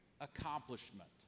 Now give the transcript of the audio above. accomplishment